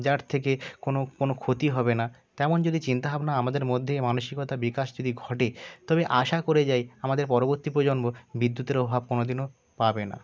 যার থেকে কোনো কোনো ক্ষতি হবে না তেমন যদি চিন্তা ভাবনা আমাদের মধ্যে মানসিকতার বিকাশ যদি ঘটে তবে আশা করে যাই আমাদের পরবর্তী প্রজন্ম বিদ্যুতের অভাব কোনো দিনও পাবে না